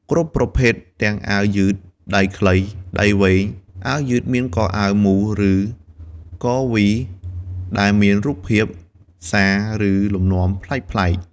គ្រប់ប្រភេទទាំងអាវយឺតដៃខ្លី ដៃវែង អាវយឺតមានកអាវមូល ឬកវី ដែលមានរូបភាព សារ ឬលំនាំប្លែកៗ។